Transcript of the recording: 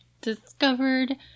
discovered